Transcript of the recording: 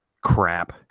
crap